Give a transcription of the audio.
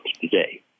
today